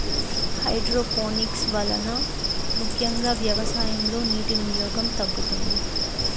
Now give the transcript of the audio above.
hydroponics వలన ముఖ్యంగా వ్యవసాయంలో నీటి వినియోగం తగ్గుతుంది